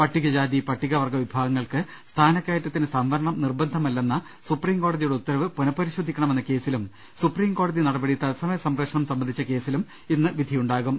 പട്ടികജാതി പട്ടികവർഗ്ഗ വിഭാഗങ്ങൾക്ക് സ്ഥാന ക്കയറ്റത്തിന് സംവരണം നിർബന്ധമല്ലെന്ന സുപ്രീം കോടതിയുടെ ഉത്തരവ് പുനഃപരിശോധിക്കണമെന്ന കേസിലും സുപ്രീം കോട്ടതി നട്പടി തൽസമയ സംപ്രേഷണം സംബന്ധിച്ച കേസിലും ഇന്ന് വിധിയുണ്ടാകും